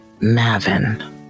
Mavin